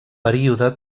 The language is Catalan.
període